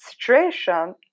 situation